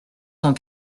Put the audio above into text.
cent